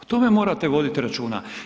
O tome morate voditi računa.